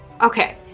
Okay